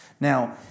Now